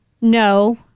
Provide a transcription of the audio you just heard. no